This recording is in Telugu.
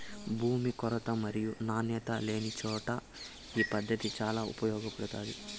భూమి కొరత మరియు నాణ్యత లేనిచోట ఈ పద్దతి చాలా ఉపయోగపడుతాది